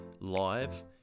live